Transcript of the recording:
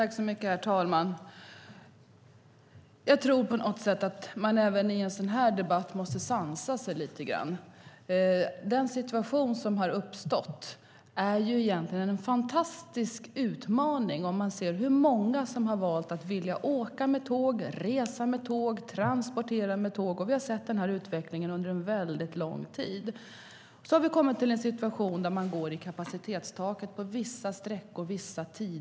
Herr talman! Jag tror på något sätt att man även i en sådan här debatt måste sansa sig lite grann. Den situation som har uppstått är egentligen en fantastisk utmaning om man ser hur många som har valt att åka med tåg, resa med tåg och transportera med tåg. Vi har sett den utvecklingen under väldigt lång tid. Nu har vi kommit till en situation där man på vissa sträckor och på vissa tider går i kapacitetstaket.